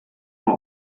mal